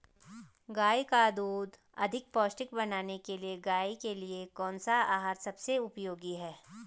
गाय का दूध अधिक पौष्टिक बनाने के लिए गाय के लिए कौन सा आहार सबसे उपयोगी है?